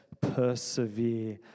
persevere